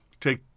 Take